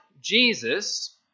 Jesus